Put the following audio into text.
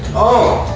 oh.